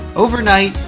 overnight,